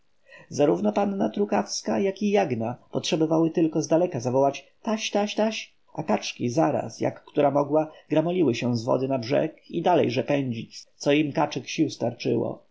zarówno panna trukawska jak i jagna potrzebowały tylko zdaleka zawołać taś taś taś a kaczki zaraz jak która mogła gramoliły się z wody na brzeg i dalejże pędzić co im kaczych sił starczyło